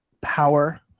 power